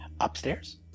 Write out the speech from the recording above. upstairs